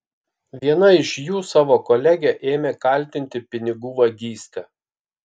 viena iš jų savo kolegę ėmė kaltinti pinigų vagyste